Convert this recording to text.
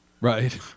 Right